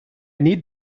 need